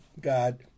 god